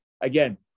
Again